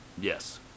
Yes